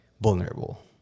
vulnerable